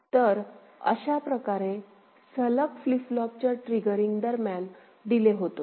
तर अशा प्रकारे सलग फ्लिप फ्लॉपच्या ट्रिगरिंग दरम्यान डिले होतो